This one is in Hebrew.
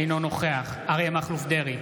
אינו נוכח אריה מכלוף דרעי,